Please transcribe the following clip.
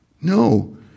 No